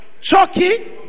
Chucky